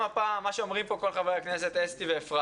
גם הפעם מה שאומרים פה כל חברי הכנסת זה